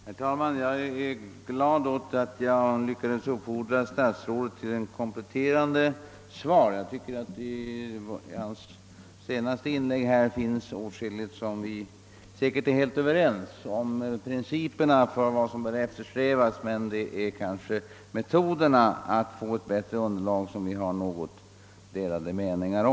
Herr talman! Jag är glad att jag lyckades förmå statsrådet att lämna ett kompletterande svar. Enligt min mening finns det i hans senaste inlägg åtskilligt som vi är överens om i fråga om vad som allmänt bör eftersträvas. Det är kanske mest om metoderna för att få ett bättre underlag som det råder delade meningar.